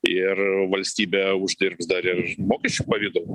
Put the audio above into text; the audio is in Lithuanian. ir valstybė uždirbs dar ir mokesčių pavidalu